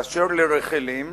באשר לרחלים,